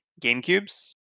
GameCubes